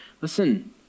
listen